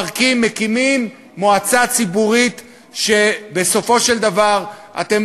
מקימים מועצה ציבורית שבסופו של דבר אתם